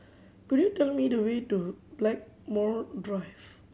could you tell me the way to Blackmore Drive